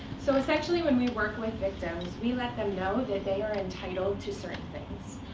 so it's actually when we work with victims, we let them know that they are entitled to certain things.